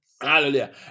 Hallelujah